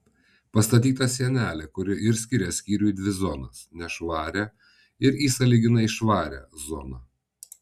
pastatyta sienelė kuri ir skiria skyrių į dvi zonas nešvarią ir į sąlyginai švarią zoną